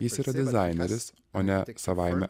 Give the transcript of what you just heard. jis yra dizaineris o ne savaime